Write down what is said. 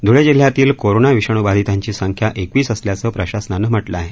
धुळे जिल्ह्यातील कोरोना विषाणूबाधीतांची संख्या एकवीस असल्याचं प्रशासनानं म्हटलं आहे